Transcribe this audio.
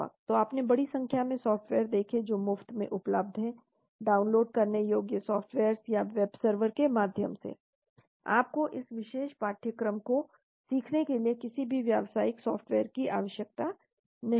तो आपने बड़ी संख्या में सॉफ्टवेयर देखें जो मुफ्त में उपलब्ध हैं डाउनलोड करने योग्य सॉफ्टवेयर्स या वेब सर्वर के माध्यम से आपको इस विशेष पाठ्यक्रम को सीखने के लिए किसी भी व्यावसायिक सॉफ़्टवेयर की आवश्यकता नहीं है